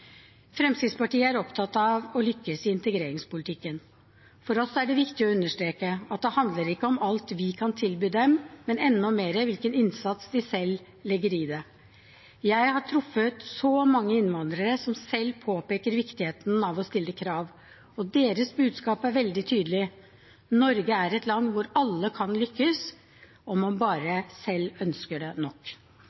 Fremskrittspartiet er opptatt av å lykkes i integreringspolitikken. For oss er det viktig å understreke at det ikke handler om alt vi kan tilby dem, men enda mer om hvilken innsats de selv legger i det. Jeg har truffet så mange innvandrere som selv påpeker viktigheten av å stille krav, og deres budskap er veldig tydelig: Norge er et land hvor alle kan lykkes – om man bare